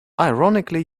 ironically